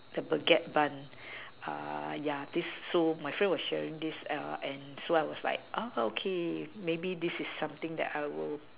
the baguette bun uh ya this so my friend was sharing this err and so I was like ah okay maybe is something I will